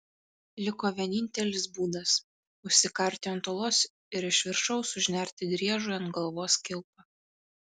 liko vienintelis būdas užsikarti ant uolos ir iš viršaus užnerti driežui ant galvos kilpą